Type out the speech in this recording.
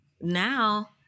now